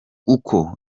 uko